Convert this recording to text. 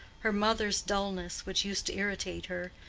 her mother's dullness, which used to irritate her,